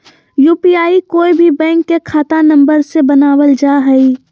UPI कोय भी bank के खाता नंबर से बनावल जा हइ